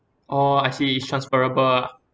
oh I see it's transferable ah